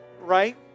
Right